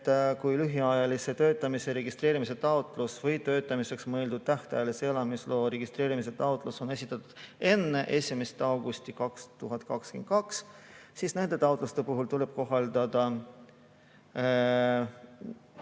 et kui lühiajalise töötamise registreerimise taotlus või töötamiseks mõeldud tähtajalise elamisloa registreerimise taotlus on esitatud enne 1. augustit 2022, siis nende taotluste puhul tuleb brutokuupalga